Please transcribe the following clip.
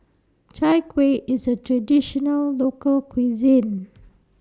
Chai Kueh IS A Traditional Local Cuisine